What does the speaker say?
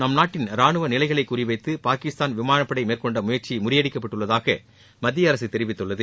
நம் நாட்டின் ரானுவ நிலைகளை குறிவைத்து பாகிஸ்தான் விமானப் படை மேற்கொண்ட முயற்சி முறியடிக்கப்பட்டுள்ளதாக மத்திய அரசு தெரிவித்துள்ளது